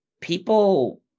people